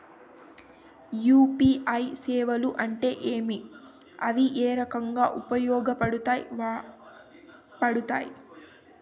UPI సేవలు అంటే ఏమి, అవి ఏ రకంగా ఉపయోగపడతాయి పడతాయి?